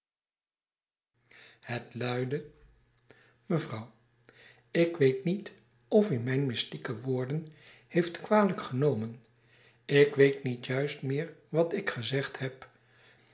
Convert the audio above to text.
het luidde mevrouw ik weet niet of u mijn mystieke woorden heeft kwalijk genomen ik weet niet juist meer wat ik gezegd heb